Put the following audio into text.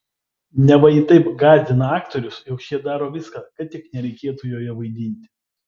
neva ji taip gąsdina aktorius jog šie daro viską kad tik nereikėtų joje vaidinti